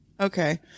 okay